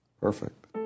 Perfect